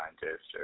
scientist